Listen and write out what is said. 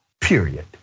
period